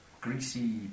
greasy